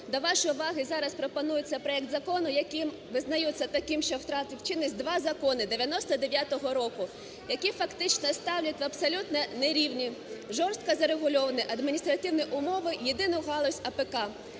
до вашої уваги зараз пропонується проект закону, яким визнаються таким, що втратив чинність, два закони 99-го року, які фактично ставлять в абсолютно нерівні, жорстко зарегульовані адміністративні умови єдину галузь АПК,